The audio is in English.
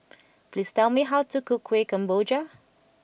please tell me how to cook Kuih Kemboja